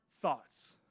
thoughts